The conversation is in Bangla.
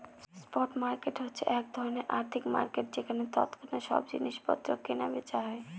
স্পট মার্কেট হচ্ছে এক ধরনের আর্থিক মার্কেট যেখানে তৎক্ষণাৎ সব জিনিস পত্র কেনা বেচা হয়